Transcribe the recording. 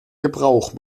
gebrauch